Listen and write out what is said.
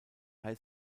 high